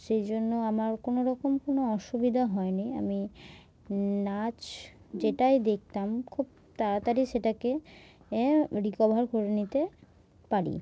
সেই জন্য আমার কোনোরকম কোনো অসুবিধা হয়নি আমি নাচ যেটাই দেখতাম খুব তাড়াতাড়ি সেটাকে এ রিকভার করে নিতে পারি